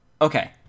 Okay